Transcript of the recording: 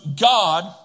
God